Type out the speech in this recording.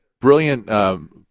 brilliant